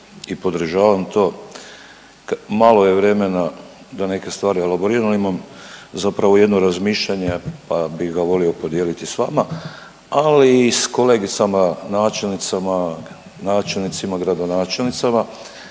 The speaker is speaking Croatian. i podržavam to. Malo je vremena da neke stvari elaboriram. Imam zapravo jedno razmišljanje, pa bih ga volio podijeliti sa vama, ali i sa kolegicama načelnicama, načelnicima, gradonačelnicama.